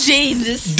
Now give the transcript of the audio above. Jesus